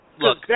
Look